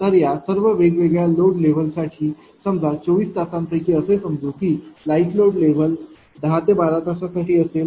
तर या सर्व वेगवेगळ्या लोड लेव्हल साठी समजा 24 तासांपैकी असे समजू की लाईट लोड लेव्हल 10 ते 12 तास साठी असेल